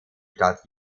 staat